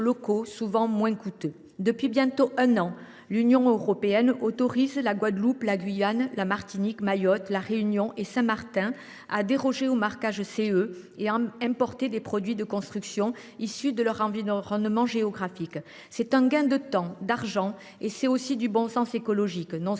Depuis bientôt un an, l’Union européenne autorise la Guadeloupe, la Guyane, la Martinique, Mayotte, La Réunion et Saint Martin à déroger au marquage CE et à importer des produits de construction issus de leur environnement géographique. C’est un gain de temps et d’argent. Cela relève aussi du bon sens écologique : non seulement les